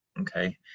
Okay